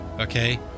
okay